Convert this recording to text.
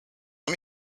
let